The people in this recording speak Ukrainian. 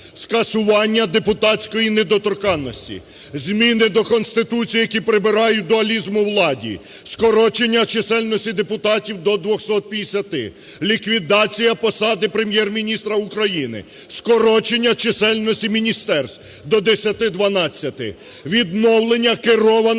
скасування депутатської недоторканності, зміни до Конституції, які прибирають дуалізм у владі, скорочення чисельності депутатів до 250, ліквідація посади Прем'єр-міністра України, скорочення чисельності міністерств до 10-12, відновлення керованості